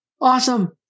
Awesome